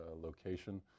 location